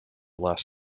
last